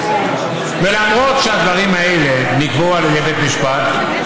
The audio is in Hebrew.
ולמרות שהדברים האלה נקבעו על ידי בית משפט,